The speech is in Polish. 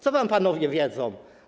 Co tam panowie wiedzą.